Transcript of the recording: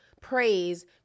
praise